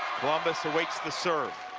columbus awaits the serve.